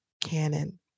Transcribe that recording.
canon